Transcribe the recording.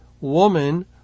woman